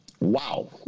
Wow